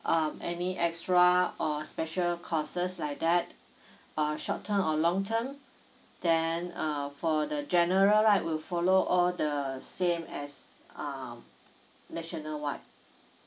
um any extra or special courses like that uh short term or long term then uh for the general right will follow all the same as um national one